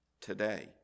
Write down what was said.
today